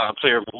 player